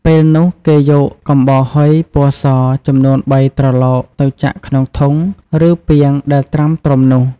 ពេលនោះ គេយកកំបោរហុយ (ពណ៌ស) ចំនួនបីត្រឡោកទៅចាក់ក្នុងធុង ឬ ពាងដែលត្រាំត្រុំនោះ។